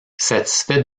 satisfait